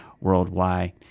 worldwide